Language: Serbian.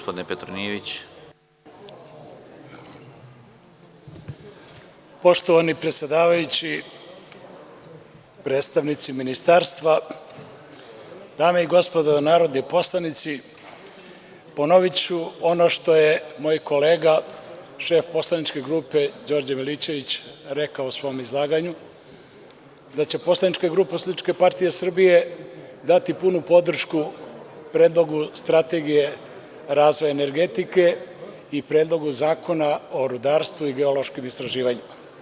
Poštovani predsedavajući, predstavnici ministarstva, dame i gospodo narodni poslanici, ponoviću ono što je moj kolega, šef poslaničke grupe Đorđe Milićević, rekao u svom izlaganju, da će poslanička partija Srbije dati punu podršku Predlogu strategije razvoja energetike i Predlogu zakona o rudarstvu i geološkim istraživanjima.